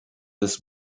this